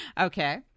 Okay